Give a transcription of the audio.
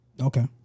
Okay